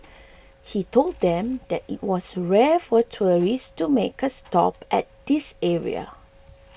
he told them that it was rare for tourists to make a stop at this area